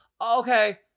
okay